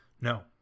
No